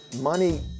money